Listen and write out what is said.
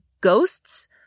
Ghosts